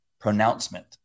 pronouncement